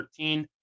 13